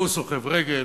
הוא סוחב רגל,